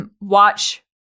watch